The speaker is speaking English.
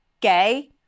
gay